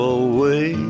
away